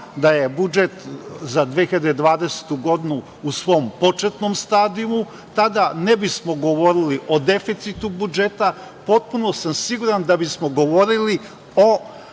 da je budžet za 2020. godinu u svom početnom stadijumu i tada ne bismo govorili o deficitu budžeta. Potpuno sam siguran da bismo govorili o